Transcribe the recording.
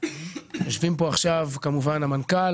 ויושבים פה המנכ"ל,